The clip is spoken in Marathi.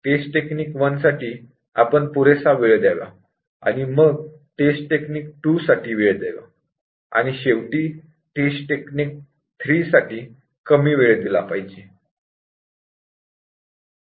टेस्ट टेक्निक १ साठी आपण पुरेसा वेळ द्यायला हवा आणि मग आपण टेस्ट टेक्निक २ साठी वेळ देऊ आणि शेवटी टेस्ट टेक्निक ३ साठी कमी वेळ दिला पाहिजे